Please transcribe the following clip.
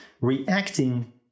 reacting